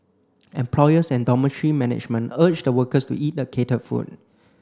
employers and dormitory management urge the workers to eat the catered food